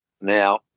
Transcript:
Now